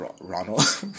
Ronald